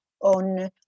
on